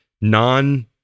non